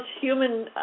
human